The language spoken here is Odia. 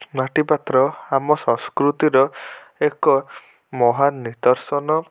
ମାଟିପାତ୍ର ଆମ ସଂସ୍କୃତିର ଏକ ମହାନ୍ ନିଦର୍ଶନ